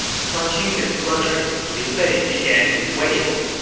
clutching his brothers, liu bei began to wail.